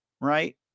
Right